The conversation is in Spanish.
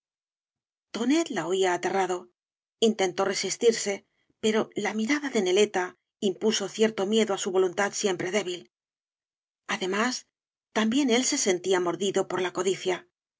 la oía aterrado intentó resistirse pero la mirada de neleta impuso cierto miedo á su voluntad siempre débil además también él se sentía mordido por la codicia